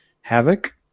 Havoc